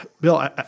Bill